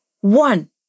one